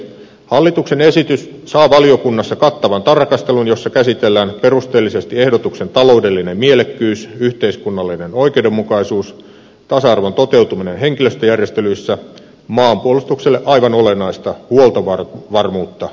hallituksen esitys saa valiokunnassa kattavan tarkastelun jossa käsitellään perusteellisesti ehdotuksen taloudellinen mielekkyys ja yhteiskunnallinen oikeudenmukaisuus sekä tasa arvon toteutuminen henkilöstöjärjestelyissä maanpuolustukselle aivan olennaista huoltovarmuutta unohtamatta